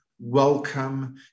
welcome